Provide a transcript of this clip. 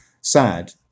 sad